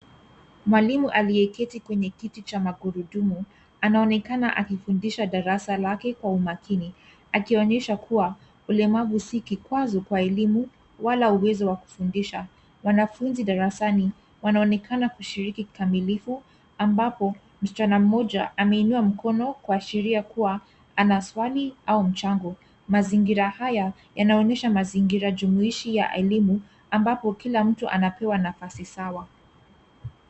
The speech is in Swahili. Mwalimu aliyeketi kwenye kiti cha magurudumu anonekana akifundisha darasa lake kwa umakini. Akionyesha kuwa ulemavu si kikwazo kwa elimu wala uwezo wa kufundisha. Wanafunzi darasani, wanaonekana kushiriki kikamilifu, ambapo msichana mmoja ameinua mkono kuashiria kuwa ana swali au mchango. Mazingira haya yanaonyesha mazingira jumuishi ya elimu ambapo kila mtu anapewa nafasi sawa.